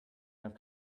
have